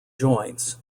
joints